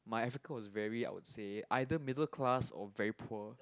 my Africa was very I would say either middle class or very poor